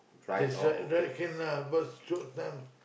that's right right can lah but short time